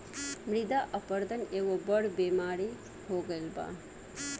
मृदा अपरदन एगो बड़ बेमारी हो गईल बा